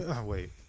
Wait